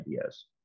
ideas